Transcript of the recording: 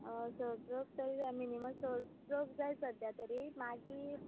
स ट्रक तरी जाय मिनीमम स ट्रक जाय सद्या तरी मागीर